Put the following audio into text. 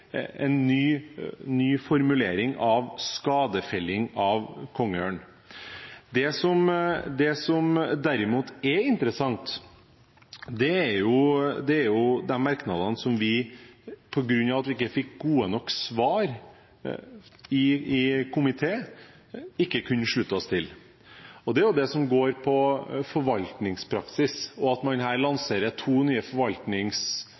en ny formulering om skadefelling av kongeørn. Det som derimot er interessant, er de merknadene som vi, på grunn av at vi ikke fikk gode nok svar i komiteen, ikke kunne slutte oss til. Det er det som angår forvaltningspraksis, og at man her lanserer to nye